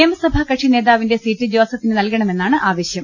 നിയമസഭാ കക്ഷി നേതാവിന്റെ സീറ്റ് ജോസ ഫിന് നൽകണമെന്നാണ് ആവശ്യം